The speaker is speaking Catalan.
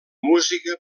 música